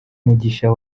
mugisha